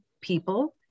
people